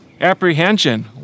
apprehension